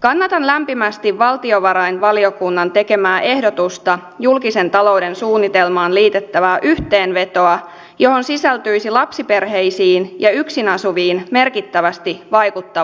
kannatan lämpimästi valtiovarainvaliokunnan tekemää ehdotusta julkisen talouden suunnitelmaan liitettävää yhteenvetoa johon sisältyisi lapsiperheisiin ja yksin asuviin merkittävästi vaikuttavat